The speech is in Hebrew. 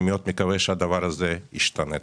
אני מקווה מאוד שהדבר הזה ישתנה.